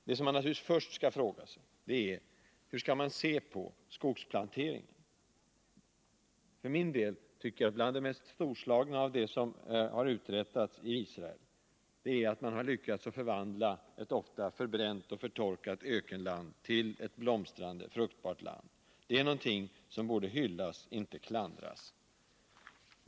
Men den första frågan är: Hur skall man se på skogsplanteringen? Enligt min mening är bland det mest storslagna som har uträttats av Israel att man har lyckats förvandla ett ofta förbränt och förtorkat ökenland till ett blomstrande fruktbart land. Det är något som borde hyllas, inte klandras.